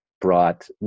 brought